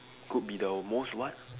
could be the most what